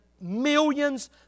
millions